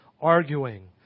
arguing